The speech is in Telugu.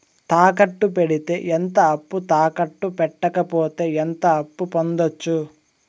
తాకట్టు పెడితే ఎంత అప్పు, తాకట్టు పెట్టకపోతే ఎంత అప్పు పొందొచ్చు?